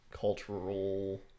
cultural